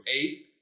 eight